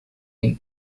been